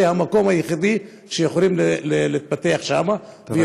זה המקום היחידי שבו הם יכולים להתפתח, תודה.